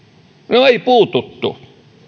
no ei puututtu